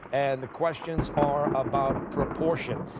and the questions are about proportion.